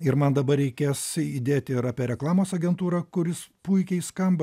ir man dabar reikės įdėti ir apie reklamos agentūrą kuris puikiai skamba